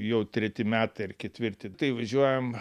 jau treti metai ar ketvirti tai važiuojam